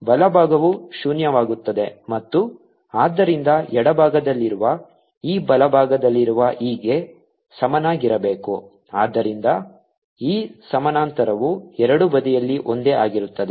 ಬಲಭಾಗವು ಶೂನ್ಯವಾಗುತ್ತದೆ ಮತ್ತು ಆದ್ದರಿಂದ ಎಡಭಾಗದಲ್ಲಿರುವ e ಬಲಭಾಗದಲ್ಲಿರುವ e ಗೆ ಸಮನಾಗಿರಬೇಕು ಆದ್ದರಿಂದ e ಸಮಾನಾಂತರವು ಎರಡೂ ಬದಿಯಲ್ಲಿ ಒಂದೇ ಆಗಿರುತ್ತದೆ